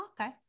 Okay